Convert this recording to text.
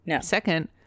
Second